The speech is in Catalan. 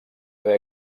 haver